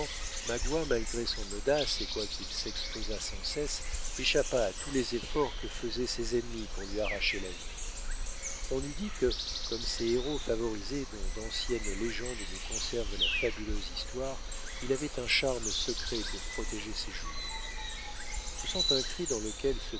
magua malgré son audace et quoiqu'il s'exposât sans cesse échappa à tous les efforts que faisaient ses ennemis pour lui arracher la vie on eût dit que comme ces héros favorisés dont d'anciennes légendes nous conservent la fabuleuse histoire il avait un charme secret pour protéger ses jours poussant un cri dans lequel